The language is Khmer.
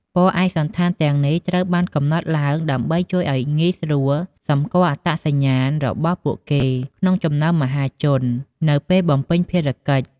ពណ៌ឯកសណ្ឋានទាំងនេះត្រូវបានកំណត់ឡើងដើម្បីជួយឲ្យងាយស្រួលសម្គាល់អត្តសញ្ញាណរបស់ពួកគេក្នុងចំណោមមហាជននៅពេលបំពេញកាតព្វកិច្ច។